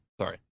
sorry